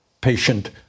patient